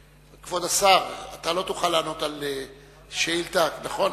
כבוד השר, אתה לא תוכל לענות על שאילתא, נכון?